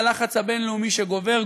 והלחץ הבין-לאומי שגובר,